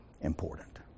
important